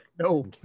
No